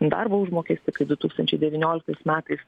darbo užmokestį kai du tūkstančiai devynioliktais metais